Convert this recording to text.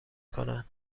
کنند